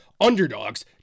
underdogs